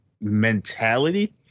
mentality